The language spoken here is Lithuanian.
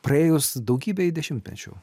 praėjus daugybei dešimtmečių